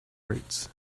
roots